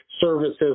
services